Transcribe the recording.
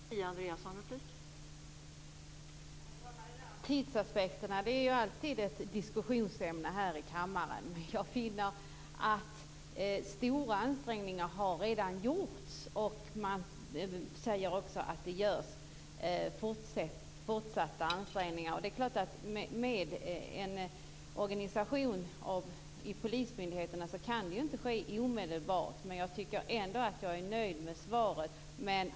Fru talman! Det där med tidsaspekterna är ju alltid ett diskussionsämne här i kammaren. Jag finner att stora ansträngningar redan har gjorts, och man säger också att det görs fortsatta ansträngningar. Det är klart att med en organisation som polismyndigheterna kan det inte ske omedelbart. Men jag tycker ändå att jag är nöjd med beskedet.